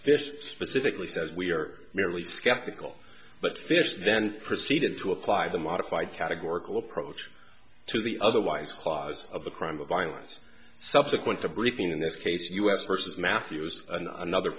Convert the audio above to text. fish specifically says we are merely skeptical but fish then proceeded to apply the modified categorical approach to the otherwise clause of the crime of violence subsequent to breaking in this case u s versus matthews and another